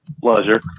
Pleasure